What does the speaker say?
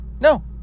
No